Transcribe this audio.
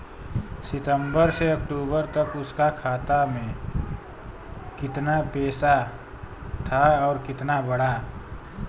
सितंबर से अक्टूबर तक उसका खाता में कीतना पेसा था और कीतना बड़ा?